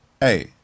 hey